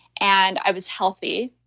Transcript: and i was healthy.